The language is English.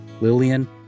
Lillian